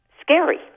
scary